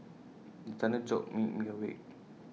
the thunder jolt me me awake